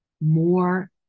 more